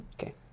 Okay